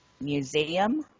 museum